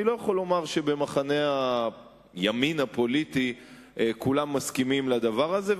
אני לא יכול לומר שבמחנה הימין הפוליטי כולם מסכימים לדבר הזה.